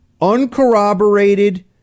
Uncorroborated